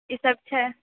ईसब छै